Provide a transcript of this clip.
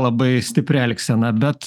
labai stipria elgsena bet